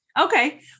Okay